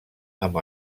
amb